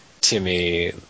Timmy